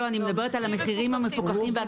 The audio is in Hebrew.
אני מדברת על המחירים המפוקחים.